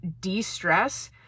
de-stress